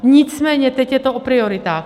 Nicméně teď je to o prioritách.